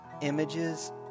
images